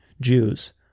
Jews